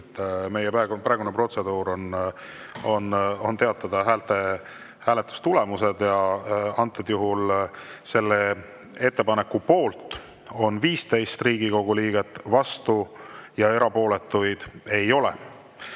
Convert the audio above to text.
Meie praegune protseduur on teatada hääletustulemused. Selle ettepaneku poolt on 15 Riigikogu liiget, vastuolijaid ja erapooletuid ei ole.